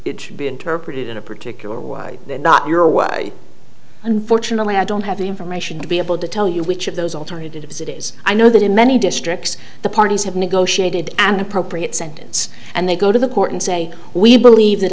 it should be interpreted in a particular why not your way unfortunately i don't have the information to be able to tell you which of those alternatives it is i know that in many districts the parties have negotiated an appropriate sentence and they go to the court and say we believe that